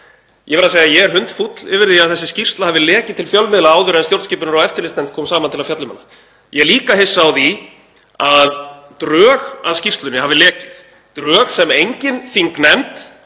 Ég verð að segja að ég er hundfúll yfir því að þessi skýrsla hafi lekið til fjölmiðla áður en stjórnskipunar- og eftirlitsnefnd kom saman til að fjalla um hana. Ég er líka hissa á því að drög að skýrslunni hafi lekið, drög sem engin þingnefnd,